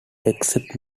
except